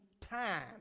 time